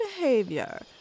behavior